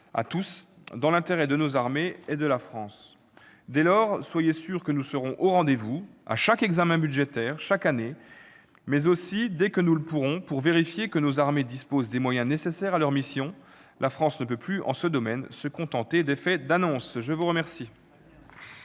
à tous, dans l'intérêt de nos armées et de la France. Dès lors, soyez sûre que nous serons au rendez-vous à chaque examen budgétaire, chaque année, mais aussi dès que nous le pourrons, pour vérifier que nos armées disposent des moyens nécessaires à leurs missions. La France ne peut plus se contenter d'effets d'annonce en ce domaine.